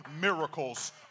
miracles